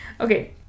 Okay